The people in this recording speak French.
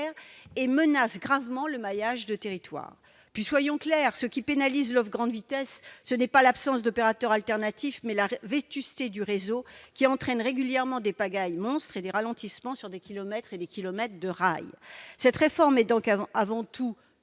et menace gravement le maillage du territoire. Soyons clairs, ce qui pénalise l'offre « grande vitesse », ce n'est pas l'absence d'opérateurs alternatifs, mais la vétusté du réseau, qui entraîne régulièrement une pagaille monstre et des ralentissements sur des kilomètres et des kilomètres de rail. Cette réforme est donc avant tout